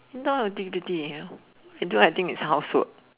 now twelve thirty A_M although think it's housework